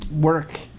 work